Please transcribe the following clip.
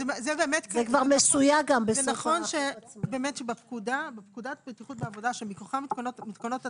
זה נכון שבאמת בפקודת הבטיחות בעבודה שמכוחן מותקנות התקנות,